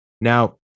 Now